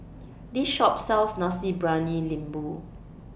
This Shop sells Nasi Briyani Lembu